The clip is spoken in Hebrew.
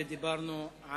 ודיברנו,